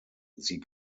sie